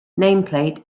nameplate